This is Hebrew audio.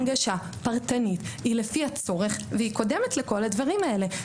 הנגשה פרטנית היא לפי הצורך והיא קודמת לכל הדברים האלה.